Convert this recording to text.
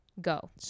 Go